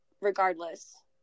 regardless